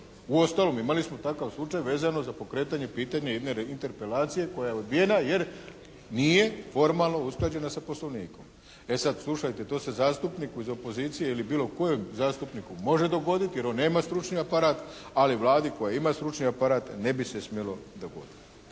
Uostalom imali smo takav slučaj vezano za pokretanje pitanja jedne interpelacije koja je odbijena jer nije formalno usklađena sa Poslovnikom. E sada slušajte, to se zastupniku iz opozicije ili bilo kojem zastupniku može dogoditi jer on nema stručni aparat, ali Vladi koja ima stručni aparat ne bi se smjelo dogoditi.